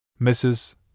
Mrs